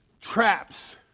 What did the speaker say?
traps